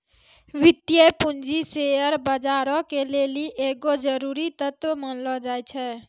वित्तीय पूंजी शेयर बजारो के लेली एगो जरुरी तत्व मानलो जाय छै